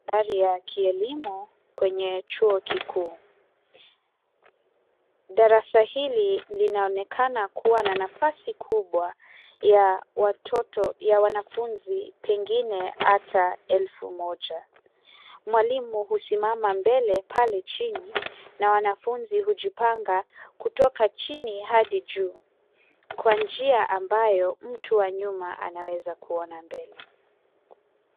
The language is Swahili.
Mandhari ya kielimu kwenye chuo kikuu. Darasa hili linaonekana kuwa na nafasi kubwa ya watoto, ya wanafunzi pengine hata elfu moja. Mwalimu husimama mbele pale chini na wanafunzi hujipanga kutoka chini hadi juu kwa njia ambayo mtu wa nyuma anaweza kuona mbele.